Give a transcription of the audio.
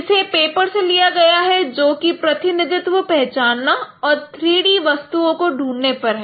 इसे पेपर से लिया गया है जो कि प्रतिनिधित्व पहचानना और 3 D वस्तुओं को ढूंढने पर है